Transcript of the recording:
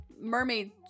mermaid